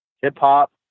hip-hop